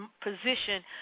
position